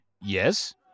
yes